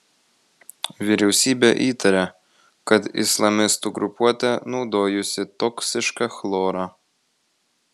vyriausybė įtaria kad islamistų grupuotė naudojusi toksišką chlorą